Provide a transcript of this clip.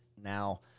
now